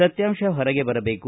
ಸತ್ಯಾಂಶ ಹೊರಗೆ ಬರಬೇಕು